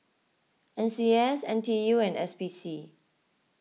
N C S N T U and S P C